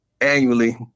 annually